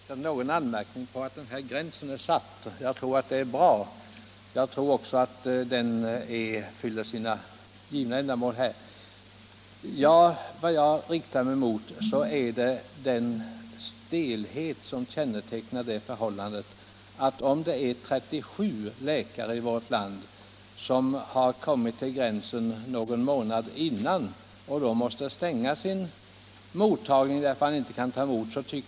Fru talman! Jag har inte riktat någon anmärkning mot att den här gränsen är satt. Jag tror att det är bra och att den fyller sina givna ändamål. Vad jag riktar mig emot är den stelhet som tar sig uttryck i att 37 läkare i vårt land, som kommit till gränsen någon månad före årets slut, måste stänga sin mottagning därför att de inte kan ta emot fler patienter detta år.